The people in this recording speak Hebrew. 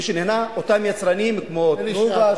מי שנהנה הם אותם יצרנים כמו "תנובה",